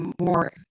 more